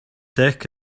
dick